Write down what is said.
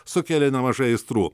sukėlė nemažai aistrų